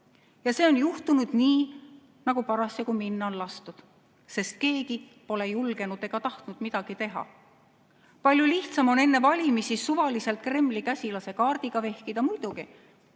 see on juhtunud nii, nagu parasjagu minna on lastud, sest keegi pole julgenud ega tahtnud midagi teha. Palju lihtsam on enne valimisi suvaliselt Kremli käsilase kaardiga vehkida. Muidugi!